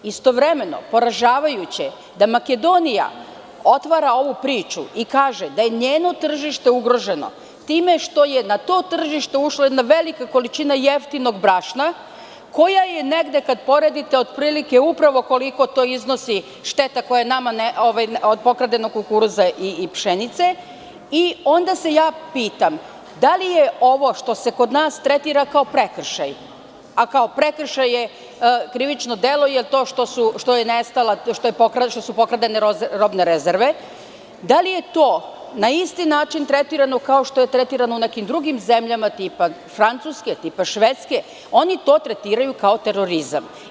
Istovremeno, poražavajuće je da Makedonija otvara ovu priču i kaže da je i njeno tržište ugroženo, time što je na to tržište ušla jedna velika količina jeftinog brašna, koja je negde otprilike kada uporedite, upravo koliko iznosi, šteta koja je od pokradenog kukuruza i pšenice i onda se pitam, da li je ovo što se kod nas tretira kao prekršaj, a kao prekršaj je krivično delo, jer to što su pokradene robne rezerve, da li je to na isti način tretirano kao što je tretirano u nekim drugim zemljama tipa Francuske, Švedske, jer oni to tretiraju kao terorizam.